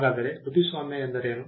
ಹಾಗಾದರೆ ಕೃತಿಸ್ವಾಮ್ಯ ಎಂದರೇನು